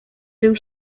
był